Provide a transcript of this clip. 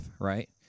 right